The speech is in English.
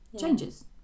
changes